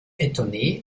étonné